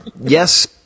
yes